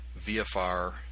VFR